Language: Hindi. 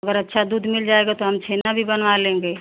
अगर अच्छा दूध मिल जाएगा तो हम छेना भी बनवा लेंगे